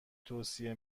توصیه